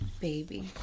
baby